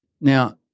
Now